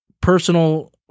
personal